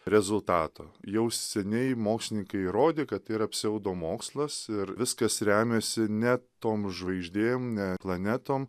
rezultato jau seniai mokslininkai įrodė kad yra pseudomokslas ir viskas remiasi ne tom žvaigždėm ne planetom